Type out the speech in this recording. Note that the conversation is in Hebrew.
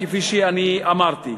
כפי שאני אמרתי.